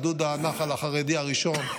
גדוד הנח"ל החרדי הראשון,